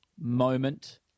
moment